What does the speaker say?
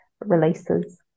releases